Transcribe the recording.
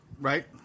Right